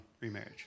remarriage